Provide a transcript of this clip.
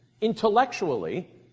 intellectually